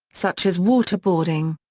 such as waterboarding.